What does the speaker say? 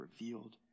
revealed